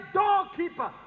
doorkeeper